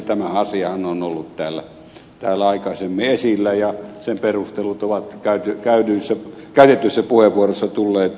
tämä asiahan on ollut täällä aikaisemmin esillä ja sen perustelut ovat käytetyissä puheenvuoroissa tulleet hyvin esille